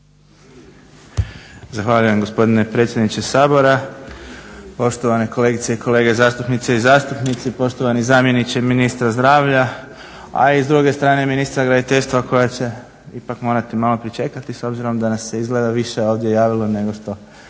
Zahvaljujem gospodine predsjedniče Sabora, poštovane kolegice i kolege zastupnice i zastupnici, poštovani zamjeniče ministra zdravlja, a i s druge strane ministar graditeljstva koji će ipak morati malo pričekati, s obzirom da nas se izgleda više ovdje javilo nego što